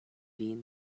vin